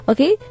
Okay